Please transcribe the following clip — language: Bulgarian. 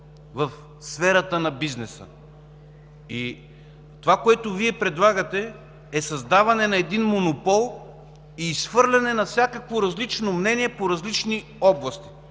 в сферата на бизнеса. Това, което Вие предлагате, е създаване на монопол и изхвърляне на всякакво различно мнение по различни области.